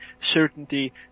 certainty